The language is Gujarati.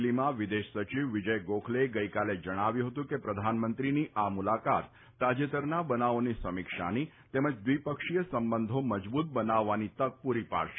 દિલ્ફીમાં વિદેશ સચિવ વિજય ગોખલેએ ગઈકાલે જણાવ્યું ફતું કે પ્રધાનમંત્રીની આ મુલાકાત તાજેતરના બનાવોની સમીક્ષાની તેમજ દ્વિપક્ષીય સંબંધો મજબૂત બનાવવાની તક પૂરી પાડશે